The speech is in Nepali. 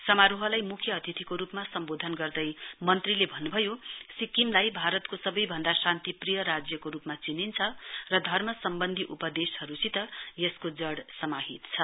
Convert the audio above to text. समारोहलाई मुख्य अतिथिको रूपमा सम्बोधन गर्दै मन्त्रीले भन्नुभयो सिक्किमलाई भारतको सबैभन्दा शान्तिप्रिय राज्यको रूपमा चिनिन्छ र धर्म सम्वन्धी उपदेशहरूसित यसको जड़ समाहित छ